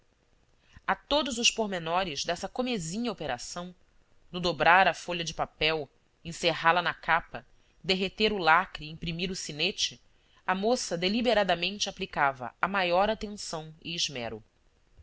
a todos os pormenores dessa comezinha operação no dobrar a folha de papel encerrá la na capa derreter o lacre e imprimir o sinete a moça deliberadamente aplicava a maior atenção e esmero